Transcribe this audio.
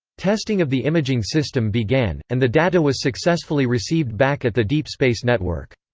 testing of the imaging system began, and the data was successfully received back at the deep space network.